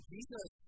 Jesus